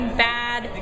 bad